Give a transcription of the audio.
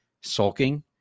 sulking